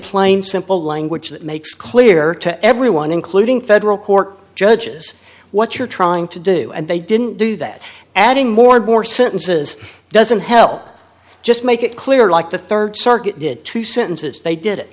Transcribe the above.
plain simple language that makes clear to everyone including federal court judges what you're trying to do and they didn't do that adding more and more sentences doesn't help just make it clear like the rd circuit did two sentences they did it